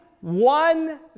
one